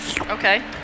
Okay